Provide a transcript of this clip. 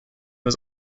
was